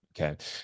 Okay